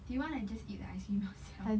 do you want to just eat the ice cream yourself